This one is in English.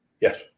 Yes